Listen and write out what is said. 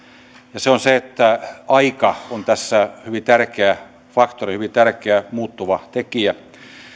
ja se on se että aika on tässä hyvin tärkeä faktori hyvin tärkeä muuttuva tekijä